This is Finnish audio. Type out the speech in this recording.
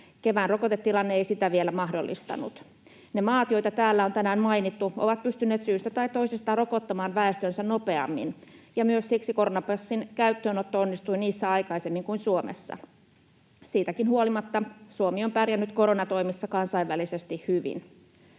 Kevään rokotetilanne ei sitä vielä mahdollistanut. Ne maat, joita täällä on tänään mainittu, ovat pystyneet syystä tai toisesta rokottamaan väestönsä nopeammin, ja siksi myös koronapassin käyttöönotto onnistui niissä aikaisemmin kuin Suomessa. Siitäkin huolimatta Suomi on pärjännyt koronatoimissa kansainvälisesti hyvin.